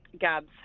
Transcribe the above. Gabs